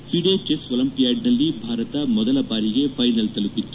FIDE chess ಒಲಿಂಪಿಯಾಡ್ನಲ್ಲಿ ಭಾರತ ಮೊದಲ ಬಾರಿಗೆ ಫೈನಲ್ ತಲುಪಿತ್ತು